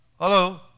Hello